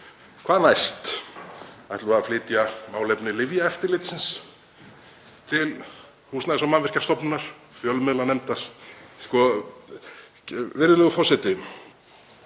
Hvað næst? Ætlum við að flytja málefni Lyfjaeftirlitsins til Húsnæðis- og mannvirkjastofnunar? Fjölmiðlanefndar? Virðulegur forseti.